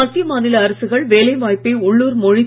மத்திய மாநில அரசுகள் வேலை வாய்ப்பை உள்ளுர் மொழித்